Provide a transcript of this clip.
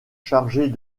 chargés